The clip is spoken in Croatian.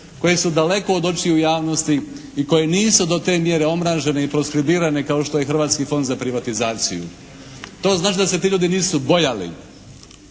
koje su daleko od očiju javnosti i koje nisu do te mjere omražene i proskribirane kao što je Hrvatski fond za privatizaciju. To znači da se ti ljudi nisu bojali.